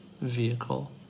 vehicle